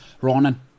Ronan